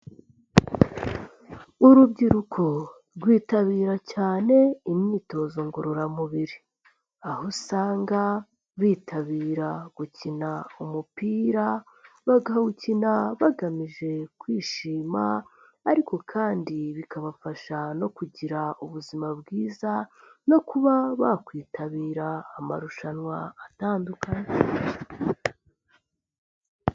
Urubyiruko rwitabira cyane imyitozo ngororamubiri, aho usanga bitabira gukina umupira bakawukina bagamije kwishima ariko kandi bikabafasha no kugira ubuzima bwiza no kuba bakwitabira amarushanwa atandukanye.